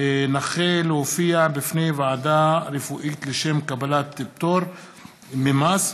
נכה להופיע בפני ועדה רפואית לשם קבלת פטור ממס),